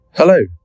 Hello